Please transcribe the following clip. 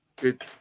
good